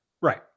right